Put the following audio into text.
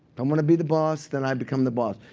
i want to be the boss, then i become the boss.